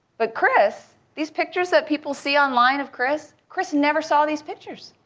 but chris, these pictures that people see online of chris, chris never saw these pictures.